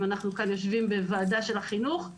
אם אנחנו כאן יושבים בוועדת החינוך,